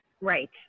Right